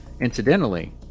Incidentally